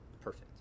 perfect